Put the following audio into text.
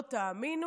לא תאמינו,